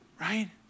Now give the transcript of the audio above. right